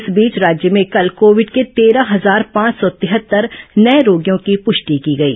इस बीच राज्य में कल कोविड के तेरह हजार पांच सौ तिहत्तर नये रोगियों की पुष्टि की गई